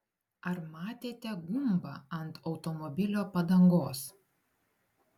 ar matėte gumbą ant automobilio padangos